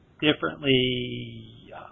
differently